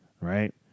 right